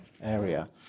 area